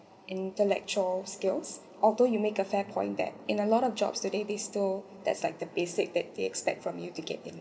intellectual skills although you make a fair point that in a lot of jobs today these two that's like the basic that they expect from you to get in